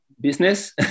business